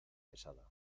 pesada